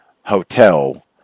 hotel